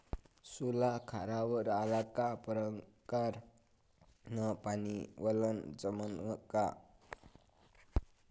सोला खारावर आला का परकारं न पानी वलनं जमन का?